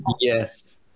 Yes